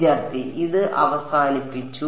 വിദ്യാർത്ഥി ഇത് അവസാനിപ്പിച്ചു